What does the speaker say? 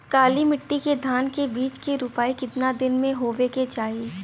काली मिट्टी के धान के बिज के रूपाई कितना दिन मे होवे के चाही?